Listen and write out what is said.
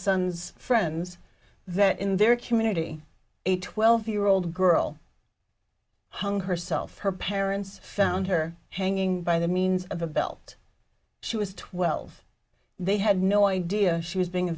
son's friends that in their community a twelve year old girl hung herself her parents found her hanging by the means of a belt she was twelve they had no idea she was being a